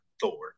Thor